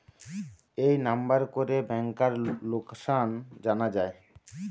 এই নাম্বার করে ব্যাংকার লোকাসান জানা যায়